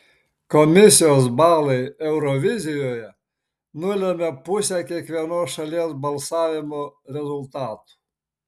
komisijos balai eurovizijoje nulemia pusę kiekvienos šalies balsavimo rezultatų